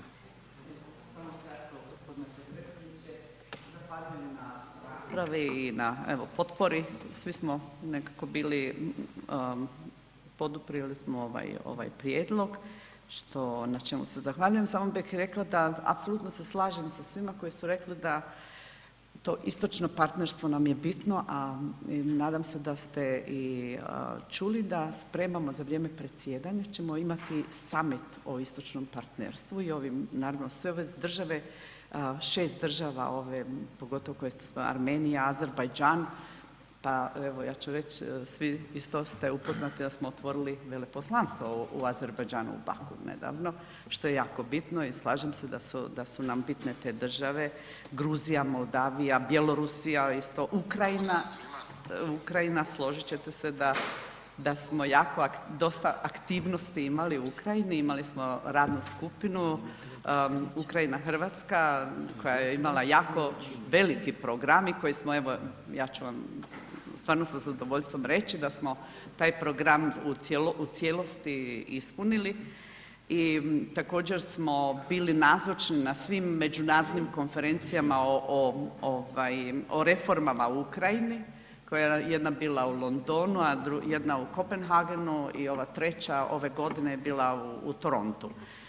Zahvaljujem na raspravi i na evo potpori, svi smo nekako bili, poduprijeli smo ovaj prijedlog, što, na čemu se zahvaljujem, samo bih rekla da apsolutno se slažem sa svima koji su rekli da to istočno partnerstvo nam je bitno, a nadam se da ste i čuli da spremamo, za vrijeme predsjedanja ćemo imati samit o istočnom partnerstvu i ovim naravno sve ove države, 6 država, ove pogotovo koje ste spomenuli, Armenija, Azerbajdžan, pa evo ja ću reć svi isto ste upoznati da smo otvorili veleposlanstvo u Azerbajdžanu, u Baku nedavno, što je jako bitno i slažem se da su, da su nam bitne te države, Gruzija, Moldavija, Bjelorusija isto, Ukrajina, Ukrajina složit ćete se da, da smo jako, dosta aktivnosti imali u Ukrajini, imali smo radnu skupinu Ukrajina Hrvatska koja je imala jako veliki program i koji smo evo ja ću vam stvarno sa zadovoljstvom reći da smo taj program u cijelosti ispunili i također smo bili nazočni na svim međunarodnim konferencijama o, o, ovaj, o reformama u Ukrajini koja je jedna bila u Londonu, a jedna u Kopenhagenu i ova treća ove godine je bila u Torontu.